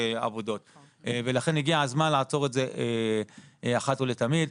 עבודות ולכן הגיע הזמן לעצור את זה אחת ולתמיד.